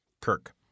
Kirk